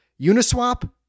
Uniswap